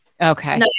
Okay